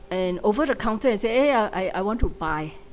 and over the counter and say eh I I want to buy